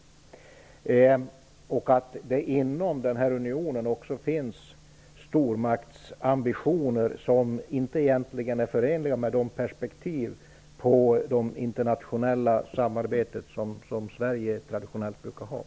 Det finns väl också inom den här unionen stormaktsambitioner, som egentligen inte är förenliga med de perspektiv på det internationella samarbetet som Sverige traditionellt har.